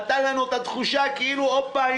הוא נתן לנו את התחושה כאילו: הופה,